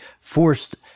forced